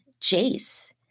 Jace